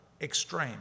extreme